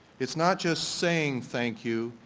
it's not just saying thank you,